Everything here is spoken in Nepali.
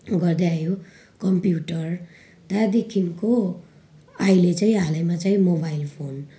गर्दै आयो कम्प्युटर त्यहाँदेखिको अहिले चाहिँ हालैमा चाहिँ मोबाइल फोन